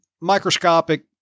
microscopic